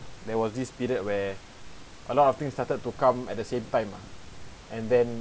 there was this period where a lot of things started to come at the same time ah and then